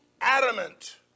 adamant